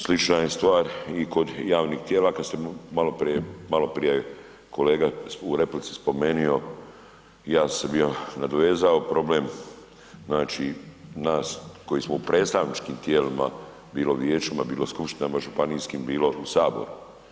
Slična je stvar i kod javnih tijela kad ste maloprije, maloprije je kolega u replici spomenuo ja se bi nadovezao problem nas koji smo u predstavničkim tijelima bilo vijećima, bilo skupštinama županijskim, bilo u saboru.